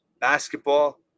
basketball